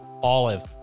Olive